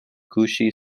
kuŝi